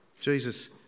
Jesus